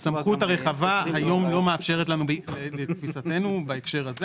הסמכות הרחבה היום לא מאפשרת לנו בהקשר הזה.